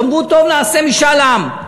אמרו: טוב, נעשה משאל עם.